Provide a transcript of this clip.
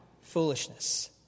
foolishness